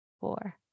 four